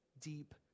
deep